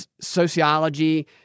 sociology